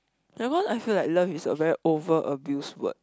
ya cause I feel like love is a very over abuse word